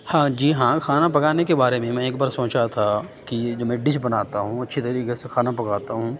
ہاں جی ہاں کھانا پکانے کے بارے میں میں ایک بار سونچا تھا کہ یہ جو میں ڈش بناتا ہوں اچھی طریقے سے کھانا پکاتا ہوں